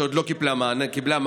שעוד לא קיבלה מענה,